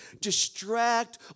distract